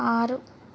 ఆరు